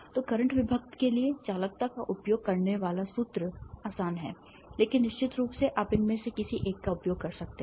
तो करंट विभक्त के लिए चालकता का उपयोग करने वाला सूत्र आसान है लेकिन निश्चित रूप से आप इनमें से किसी एक का उपयोग कर सकते हैं